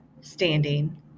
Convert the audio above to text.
standing